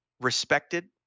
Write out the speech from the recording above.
respected